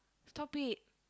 stop it